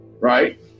right